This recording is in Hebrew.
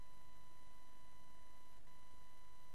מידע